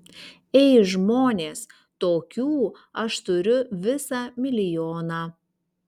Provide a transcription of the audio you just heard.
ei žmonės tokių aš turiu visą milijoną